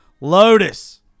Lotus